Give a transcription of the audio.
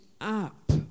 up